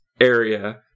area